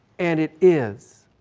and it is.